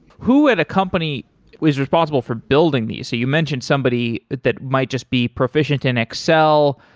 who at a company is responsible for building these? you mentioned somebody that might just be proficient in excel,